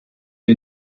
wir